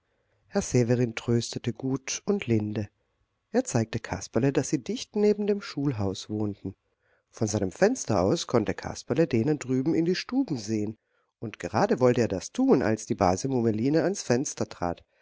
herr severin tröstete gut und linde er zeigte kasperle daß sie dicht neben dem schulhaus wohnten von seinem fenster aus konnte kasperle denen drüben in die stuben sehen und gerade wollte er das tun als die base mummeline ans fenster trat